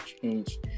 change